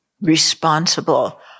responsible